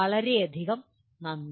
വളരെയധികം നന്ദി